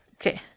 Okay